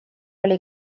oli